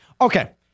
Okay